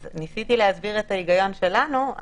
אז ניסיתי להסביר את ההיגיון שלנו.